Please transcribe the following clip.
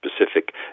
specific